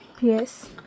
Yes